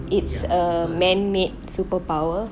it's a man-made superpower